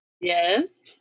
Yes